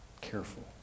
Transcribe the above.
careful